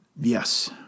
yes